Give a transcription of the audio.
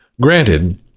Granted